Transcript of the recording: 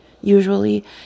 usually